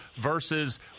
versus